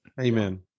Amen